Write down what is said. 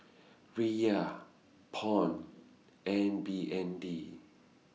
Riyal Pound and B N D